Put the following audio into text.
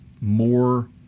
more